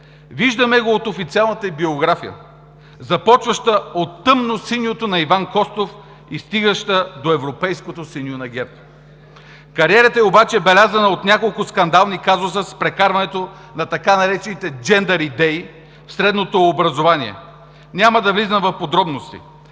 Виждаме го от официалната ѝ биография, започваща от тъмносиньото на Иван Костов и стигаща до европейското синьо на ГЕРБ. Кариерата ѝ обаче е белязана с няколко скандални казуса с прекарването на така наречените джендъри дей в средното образование. Няма да влизам в подробности.